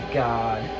god